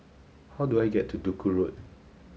how do I get to Duku Road